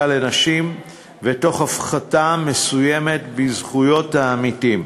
לנשים ותוך הפחתה מסוימת בזכויות העמיתים.